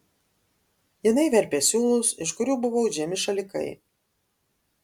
jinai verpė siūlus iš kurių buvo audžiami šalikai